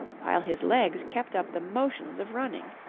while his legs kept up the motions of running.